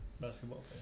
basketball